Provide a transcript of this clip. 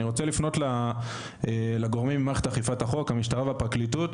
אני רוצה לפנות לגורמים במערכת אכיפת החוק המשטרה והפרקליטות,